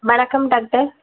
வணக்கம் டாக்டர்